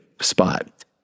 spot